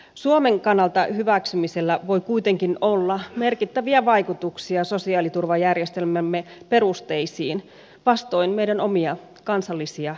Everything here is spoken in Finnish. suomen kannalta hyväksymisellä voi kuitenkin olla merkittäviä vaikutuksia sosiaaliturvajärjestelmämme perusteisiin vastoin meidän omia kansallisia tavoitteita